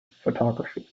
photography